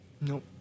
Nope